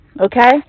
Okay